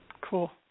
cool